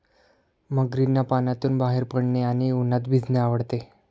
मगरींना पाण्यातून बाहेर पडणे आणि उन्हात भिजणे आवडते